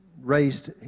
raised